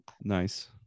nice